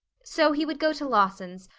so he would go to lawson's,